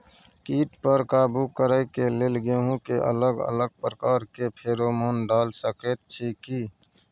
कीट पर काबू करे के लेल गेहूं के अलग अलग प्रकार के फेरोमोन डाल सकेत छी की?